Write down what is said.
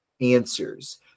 answers